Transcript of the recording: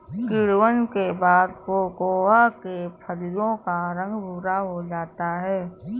किण्वन के बाद कोकोआ के फलियों का रंग भुरा हो जाता है